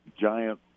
giant